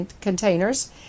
containers